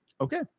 Okay